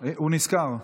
הוא נזכר שם.